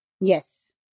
Yes